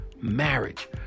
marriage